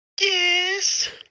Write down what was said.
Yes